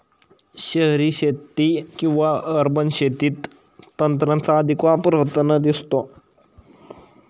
शहरी शेती किंवा अर्बन शेतीत तंत्राचा अधिक वापर होताना दिसतो